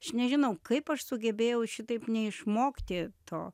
aš nežinau kaip aš sugebėjau šitaip neišmokti to